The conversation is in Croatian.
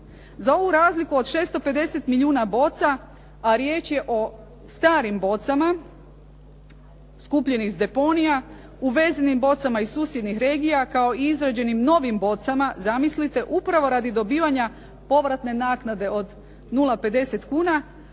Za ovu razliku od 650 milijuna boca a riječ je o starim bocama skupljenih s deponija, uvezenim bocama iz susjednih regija kao i izrađenim novim bocama, zamislite, upravo radi dobivanja povratne naknade od 0,50 kuna,